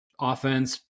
Offense